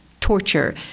torture